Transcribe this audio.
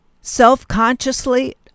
self-consciously